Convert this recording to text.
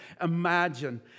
imagine